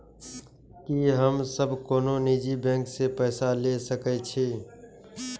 की हम सब कोनो निजी बैंक से पैसा ले सके छी?